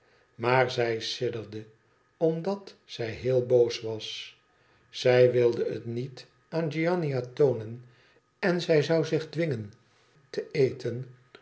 maar zij sidderde omdat zij heel boos was zij wilde het niet aan giannina toonen en zij zoii zich dwingen te eten